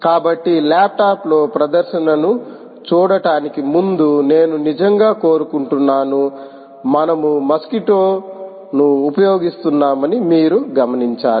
కాబట్టి ల్యాప్టాప్లో ప్రదర్శనను చూడటానికి ముందు నేను నిజంగా కోరుకుంటున్నాను మనము మస్క్విటోను ఉపయోగిస్తున్నామని మీరు గమనించాలి